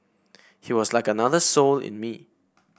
he was like another soul in me